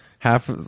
Half